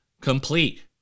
complete